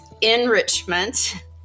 enrichment